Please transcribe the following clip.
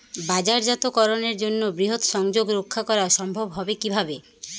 বাজারজাতকরণের জন্য বৃহৎ সংযোগ রক্ষা করা সম্ভব হবে কিভাবে?